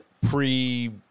pre